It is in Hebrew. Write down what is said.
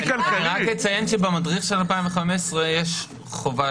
אני רק אציין שבמדריך של 2015 יש חובה